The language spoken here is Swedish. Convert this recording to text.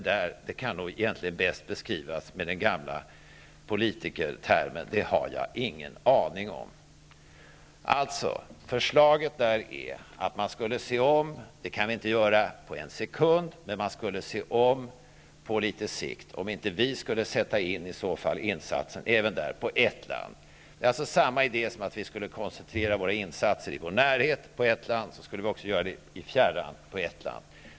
Vad som egentligen händer i dessa länder kan nog bäst beskrivas med den gamla politikertermen: det har jag ingen aning om. Alltså: Förslaget är att man skall se över -- vilket inte kan ske på en sekund, men på litet sikt -- om inte vi skulle göra insatsen i ett land. Det är således samma idé som att vi skulle koncentrera våra insatser i vår närhet till ett område. Då kan vi också koncentrera våra insatser i fjärran på ett land.